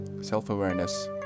self-awareness